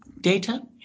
data